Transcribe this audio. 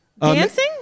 Dancing